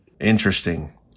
interesting